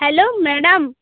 hello madam